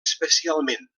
especialment